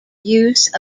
use